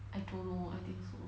I don't know I think so